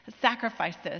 sacrifices